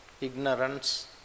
ignorance